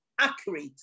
accurate